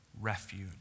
refuge